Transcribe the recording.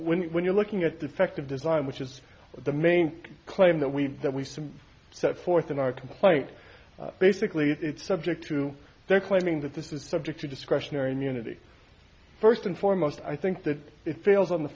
hot when you're looking at defective design which is the main claim that we that we see set forth in our complaint basically it's subject to their claiming that this is subject to discretionary immunity first and foremost i think that it fails on the